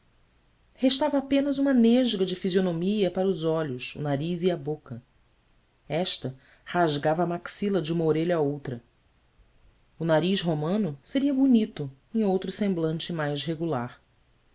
restava apenas uma nesga de fisionomia para os olhos o nariz e a boca esta rasgava a maxila de uma orelha à outra o nariz romano seria bonito em outro semblante mais regular